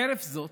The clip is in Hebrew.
חרף זאת,